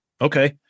Okay